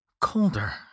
colder